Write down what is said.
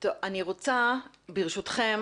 אני רוצה ברשותכם